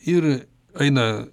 ir eina